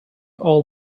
all